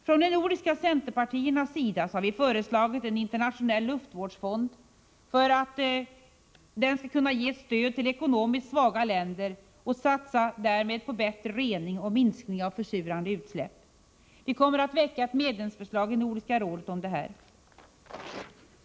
Från de nordiska centerpartiernas sida har vi föreslagit en internationell luftvårdsfond, som skall ge stöd åt ekonomiskt svaga länder så att de kan satsa på bättre rening och därmed minskning av försurande utsläpp. Vi kommer att väcka ett medlemsförslag i Nordiska rådet om detta.